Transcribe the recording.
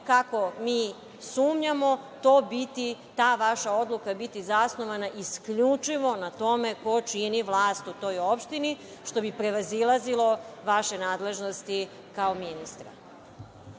kako mi sumnjamo, ta vaša odluka biti zasnovana isključivo na tome ko čini vlast u toj opštini, što bi prevazilazilo vaše nadležnosti kao ministra.